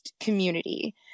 community